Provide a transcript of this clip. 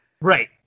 Right